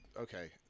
okay